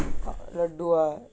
போட்டிடவா:pottidavaa